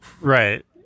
Right